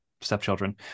stepchildren